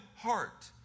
heart